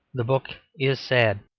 the book is sad.